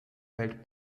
fällt